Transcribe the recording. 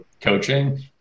coaching